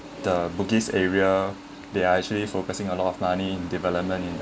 the bugis area they are actually focusing a lot of money development in